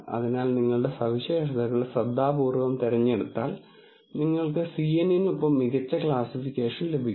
അതിനാൽ നിങ്ങളുടെ സവിശേഷതകൾ ശ്രദ്ധാപൂർവം തിരഞ്ഞെടുത്താൽ നിങ്ങൾക്ക് CNN നൊപ്പം മികച്ച ക്ലാസ്സിഫിക്കേഷൻ ലഭിക്കും